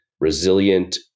resilient